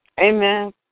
Amen